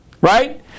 Right